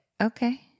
Okay